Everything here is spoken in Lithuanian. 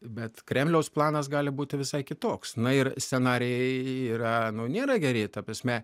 bet kremliaus planas gali būti visai kitoks na ir scenarijai yra nėra geri ta prasme